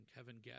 Kevin